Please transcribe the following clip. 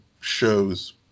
shows